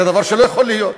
זה דבר שלא יכול להיות.